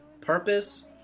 purpose